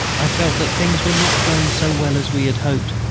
i felt that things were not going so well as we had hoped,